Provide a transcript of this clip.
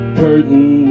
curtain